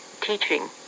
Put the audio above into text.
teaching